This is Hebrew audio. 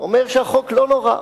אומר שהחוק לא נורא,